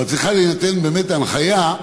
אבל צריכה להינתן באמת הנחיה,